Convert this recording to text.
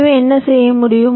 எனவே என்ன செய்ய முடியும்